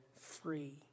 free